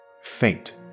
Fate